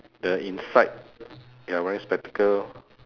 the inside they are wearing spectacle